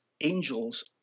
angels